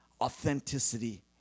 authenticity